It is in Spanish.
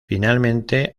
finalmente